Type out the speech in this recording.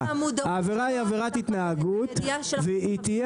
העבירה היא עבירת התנהגות והיא תהיה